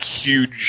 huge